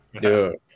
Dude